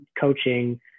coaching